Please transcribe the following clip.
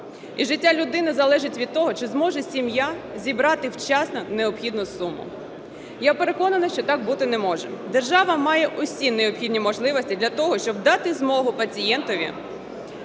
і життя людини залежить від того чи зможе сім'я зібрати вчасно необхідну суму. Я переконана, що так бути не може. Держава має усі необхідні можливості для того, щоб дати змогу пацієнтові